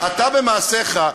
אתה במעשיך,